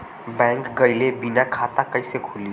Bank गइले बिना खाता कईसे खुली?